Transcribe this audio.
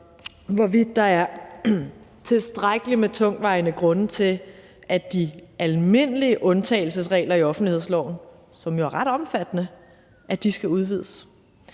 hvorvidt der er tilstrækkelig med tungtvejende grunde til, at de almindelige undtagelsesregler i offentlighedsloven, som jo er ret omfattende, skal udvides.